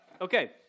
okay